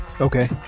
Okay